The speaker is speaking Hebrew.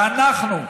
ואנחנו,